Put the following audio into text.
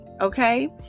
okay